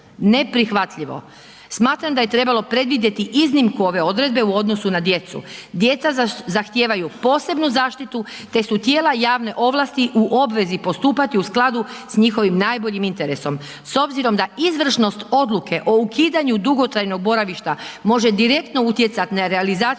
Neprihvatljivo. Smatram da je trebalo predvidjeti iznimku ove odredbe u odnosu na djecu. Djeca zahtijevaju posebnu zaštitu te su tijela javne ovlasti u obvezi postupati u skladu s njihovim najboljim interesom. S obzirom da izvršnost odluke o ukidanju dugotrajnog boravišta može direktno utjecati na realizaciju